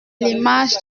l’image